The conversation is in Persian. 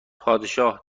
پادشاه